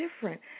different